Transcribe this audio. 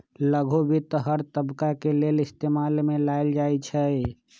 लघु वित्त हर तबका के लेल इस्तेमाल में लाएल जाई छई